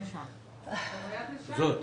גם